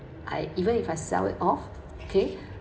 I even if I sell it off okay